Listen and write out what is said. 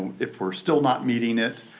if we're still not meeting it,